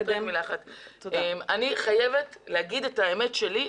אני חייבת לומר את האמת שלי.